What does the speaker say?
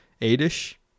eight-ish